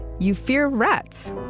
you fear rats.